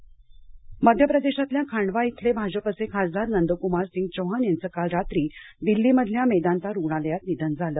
निधन मध्य प्रदेशातल्या खांडवा इथले भाजपचे खासदार नंद कुमार सिंग चौहान यांचं काल रात्री दिल्ली मधल्या मेदांता रुग्णालयात निधन झालं